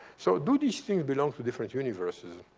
so do these things belong to different universes?